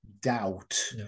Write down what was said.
doubt